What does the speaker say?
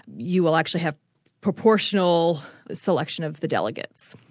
you will actually have proportional selection of the delegates.